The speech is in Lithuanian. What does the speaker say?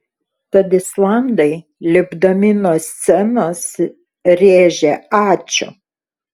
tad islandai lipdami nuo scenos rėžė ačiū